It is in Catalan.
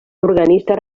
organista